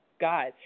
God